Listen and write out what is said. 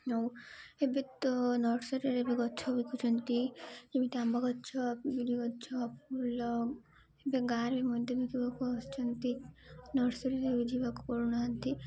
ଆଉ ଏବେ ତ ନର୍ସରୀରେ ବି ଗଛ ବିକୁଛନ୍ତି ଯେମିତି ଆମ୍ବ ଗଛ ବିରି ଗଛ ଫୁଲ ଏବେ ଗାଁରେ ମଧ୍ୟ ବିକିବାକୁ ଆସୁଛନ୍ତି ନର୍ସରୀରେ ବି ଯିବାକୁ ପଡ଼ୁନାହାନ୍ତି